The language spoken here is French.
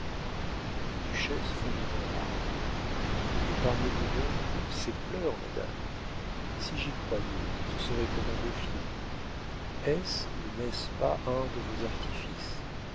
la duchesse fondit en larmes épargnez-vous donc ces pleurs madame si j'y croyais ce serait pour m'en défier est-ce ou n'est-ce pas un de vos artifices